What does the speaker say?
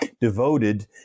devoted